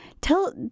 tell